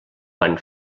van